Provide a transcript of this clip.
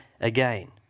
again